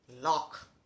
lock